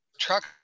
truck